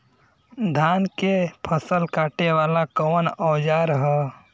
धान के फसल कांटे वाला कवन औजार ह?